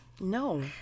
No